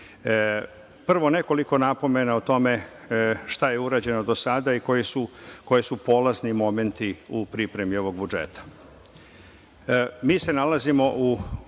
nekoliko napomena o tome šta je urađeno do sada i koji su polazni momenti u pripremi ovog budžeta. Mi se nalazimo u